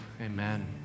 amen